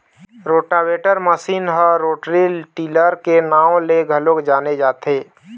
rotavator machine ह rotary tiller के नांव ले घलोक जाने जाथे